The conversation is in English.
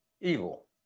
evil